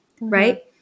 right